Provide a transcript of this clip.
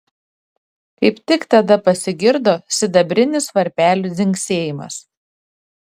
kaip tik tada pasigirdo sidabrinis varpelių dzingsėjimas